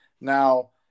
Now